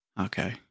Okay